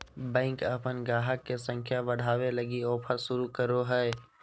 bank अपन गाहक के संख्या बढ़ावे लगी ऑफर शुरू करो हय